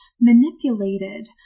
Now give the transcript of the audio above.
manipulated